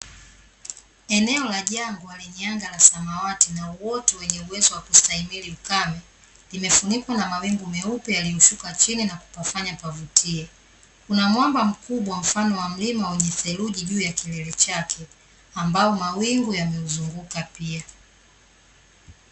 Eneo la jangwa lenye anga la samawati na uoto wenye uwezo wa kustahmili ukame, limefunikwa na mawingu meupe yaliyoshuka chini na kupafanya pavutie. Kuna mwamba mkubwa mfano wa mlima wenye theluji juu ya kilele chake, ambao mawingu yameuzunguka pia.